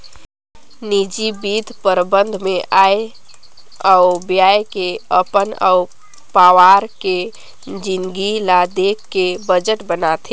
निजी बित्त परबंध मे आय अउ ब्यय के अपन अउ पावार के जिनगी ल देख के बजट बनाथे